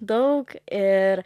daug ir